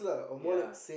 ya